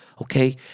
Okay